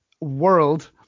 world